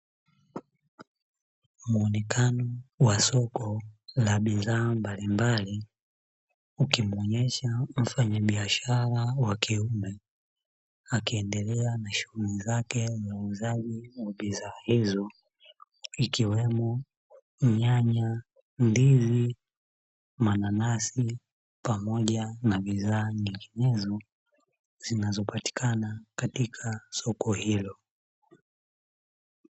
Muonekano wa soko la bidhaa mbalimbali, ukimuomyesha mfanyabiashara wa kiume akiendelea na shughuli zake za uuzaji wa bidhaa hizo, ikiwemo: nyanya, ndizi, mananasi pamoja na bidhaa nyinginezo, zinazopatikana katika soko hilo.